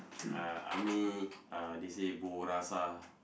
uh army uh they say bo rasa